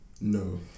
No